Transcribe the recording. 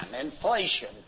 inflation